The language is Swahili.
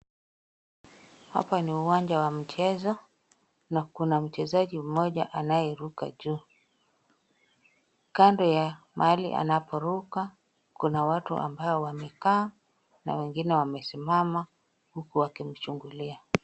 Hapa ni uwanja wa mchezo na kuna mchezaji ambaye anaruka juu. Kando ya mahali anaporuka kuna watu ambao wamekaa na wengine wamesimama huku wakimchungulia.